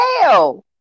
hell